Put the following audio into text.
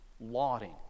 lauding